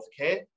healthcare